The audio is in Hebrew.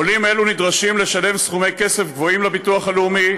עולים אלו נדרשים לשלם סכומי כסף גבוהים לביטוח הלאומי,